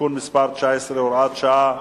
(תיקון מס' 19 והוראת שעה)